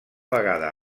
vegada